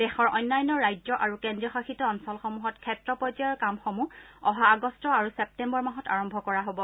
দেশৰ অন্যান্য ৰাজ্য আৰু কেন্দ্ৰীয় শাসিত অঞ্চলসমূহত ক্ষেত্ৰ পৰ্যায়ৰ কামসমূহ অহা আগষ্ট আৰু ছেপ্টেম্বৰ মাহত আৰম্ভ কৰা হ'ব